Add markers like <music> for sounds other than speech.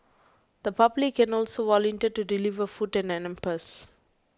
the public can also volunteer to deliver food <unintelligible> hampers